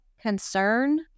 concern